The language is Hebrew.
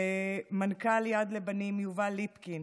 תודה למנכ"ל יד לבנים יובל ליפקין,